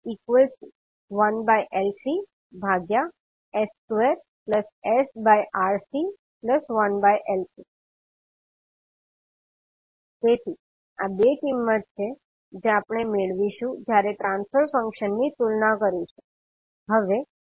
તેથી આ બે કિંમત છે જે આપણે મેળવીશું જ્યારે ટ્રાન્સફર ફંક્શન ની તુલના કરીશું